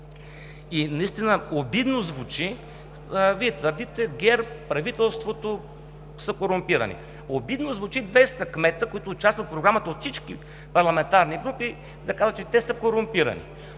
И наистина звучи обидно – Вие твърдите, че ГЕРБ, правителството са корумпирани. Обидно звучи 200 кмета, които участват в Програмата от всички парламентарни групи, да казвате, че те са корумпирани.